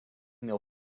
mail